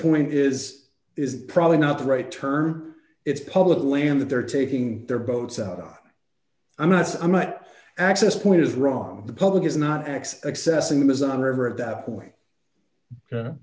point is is probably not the right term it's publicly in that they're taking their boats out i'm not i'm not access point is wrong the public is not x accessing them isn't river at that point